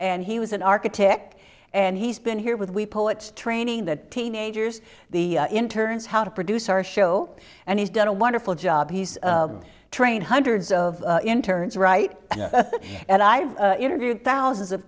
and he was an architect and he's been here with we poets training the teenagers the interns how to produce our show and he's done a wonderful job he's trained hundreds of interns right and i've interviewed thousands of